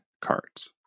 cards